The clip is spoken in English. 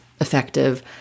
effective